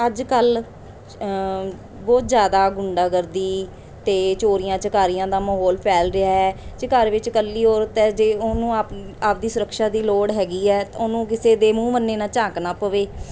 ਅੱਜ ਕੱਲ੍ਹ ਬਹੁਤ ਜ਼ਿਆਦਾ ਗੁੰਡਾਗਰਦੀ ਅਤੇ ਚੋਰੀਆਂ ਚਕਾਰੀਆਂ ਦਾ ਮਾਹੌਲ ਫੈਲ ਰਿਹਾ ਹੈ ਜੇ ਘਰ ਵਿੱਚ ਇਕੱਲੀ ਔਰਤ ਹੈ ਜੇ ਉਹਨੂੰ ਆਪ ਆਪਦੀ ਸੁਰੱਖਿਆ ਦੀ ਲੋੜ ਹੈਗੀ ਹੈ ਉਹਨੂੰ ਕਿਸੇ ਦੇ ਮੂੰਹ ਮੰਨੇ ਨਾ ਝਾਕਣਾ ਪਵੇ